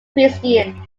christian